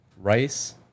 Rice